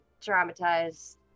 traumatized